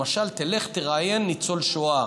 למשל תלך ותראיין ניצול שואה,